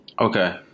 okay